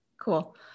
Cool